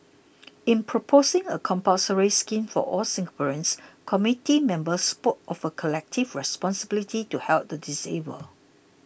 in proposing a compulsory scheme for all Singaporeans committee members spoke of a collective responsibility to help the disabled